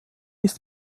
ist